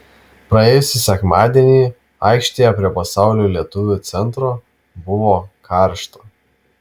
praėjusį sekmadienį aikštėje prie pasaulio lietuvių centro buvo karšta